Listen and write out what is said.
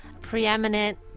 preeminent